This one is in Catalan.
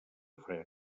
fred